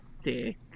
stick